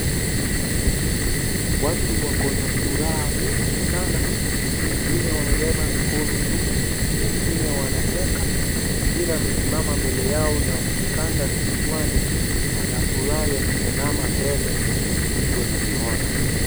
Watu wako na furaha mingi sana, wengine wamebeba mikono juu, wengine wanacheka, wengine wamesimama mbele yao na kikanda kichwani. Ana furaha ya kutazama mbele vitu anavyoona.